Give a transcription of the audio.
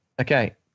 Okay